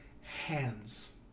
hands